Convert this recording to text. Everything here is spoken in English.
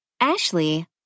Ashley